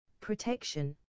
protection